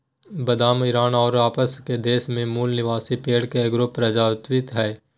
बादाम ईरान औरो आसपास के देश के मूल निवासी पेड़ के एगो प्रजाति हइ